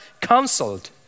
counseled